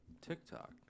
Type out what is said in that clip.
TikTok